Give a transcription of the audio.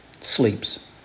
sleeps